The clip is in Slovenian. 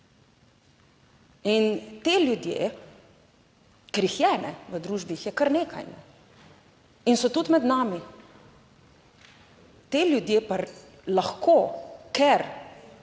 In ti ljudje, ker jih je v družbi, jih je kar nekaj in so tudi med nami, ti ljudje pa lahko, ker